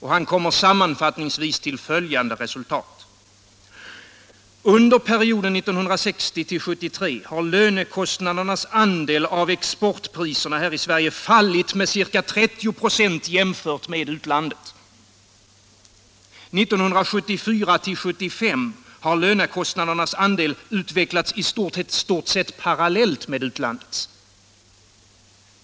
Han kommer sammanfattningsvis till följande resultat: Under perioden 1960-1973 har lönekostnadernas andel av exportpriserna i Sverige fallit med ca 30 96 jämfört med i utlandet. Åren 1974-1975 har de svenska lönekostnadernas andel utvecklats i stort sett parallellt med utlandets.